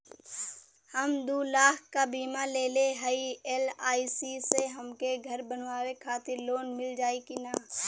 हम दूलाख क बीमा लेले हई एल.आई.सी से हमके घर बनवावे खातिर लोन मिल जाई कि ना?